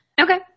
Okay